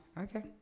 okay